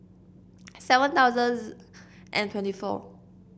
seven thousand and twenty four